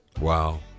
wow